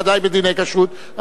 בוודאי בדיני כשרות,